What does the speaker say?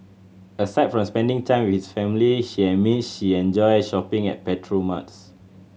aside from spending time with family she admit she enjoys shopping at petrol marts